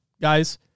guys